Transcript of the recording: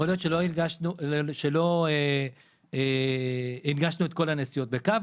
יכול להיות שלא הנגשנו את כל הנסיעות בקו,